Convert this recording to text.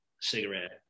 cigarette